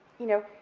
you know,